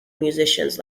musicians